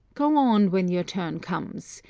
go on when your turn comes.